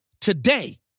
today